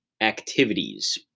activities